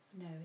No